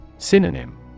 Synonym